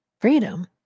Freedom